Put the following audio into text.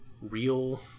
real